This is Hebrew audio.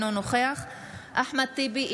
אינו נוכח אחמד טיבי,